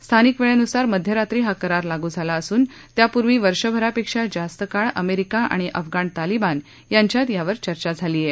स्थानिक वेळेनुसार मध्यरात्री हा करार लागू झाला असून त्यापूर्वी वर्षभरापेक्षा जास्त काळ अमेरिका आणि अफगाण तालीबान यांच्यात त्यावर चर्चा झाली आहे